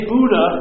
Buddha